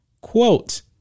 Quote